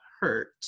hurt